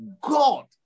God